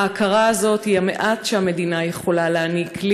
ההכרה הזאת היא המעט שהמדינה יכולה להעניק לי,